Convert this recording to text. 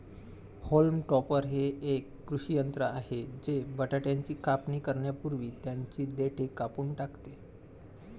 haulm topper हे एक कृषी यंत्र आहे जे बटाट्याची कापणी करण्यापूर्वी त्यांची देठ कापून टाकते